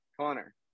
Connor